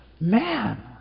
Man